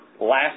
last